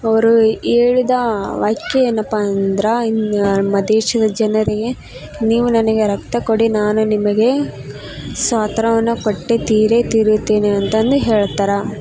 ಅವರು ಹೇಳಿದ ವಾಖ್ಯ ಏನಪ್ಪಾ ಅಂದರಾ ಇನ್ನ ನಮ್ಮ ದೇಶದ ಜನರಿಗೆ ನೀವು ನನಗೆ ರಕ್ತ ಕೊಡಿ ನಾನು ನಿಮಗೆ ಸ್ವಾತಂತ್ರ್ಯ ಕೊಟ್ಟೇ ತೀರೇ ತೀರುತ್ತೇನೆ ಅಂತಂದು ಹೇಳ್ತಾರೆ